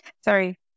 Sorry